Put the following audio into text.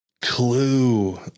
clue